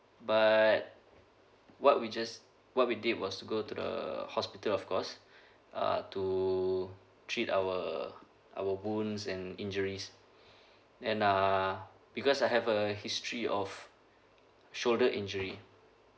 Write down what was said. but what we just what we did was go to the hospital of course uh to treat our our bones and injuries then uh because I have a history of shoulder injury